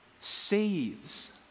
saves